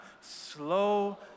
slow